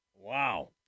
Wow